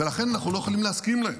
ולכן אנחנו לא יכולים להסכים להם.